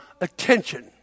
attention